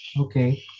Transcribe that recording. Okay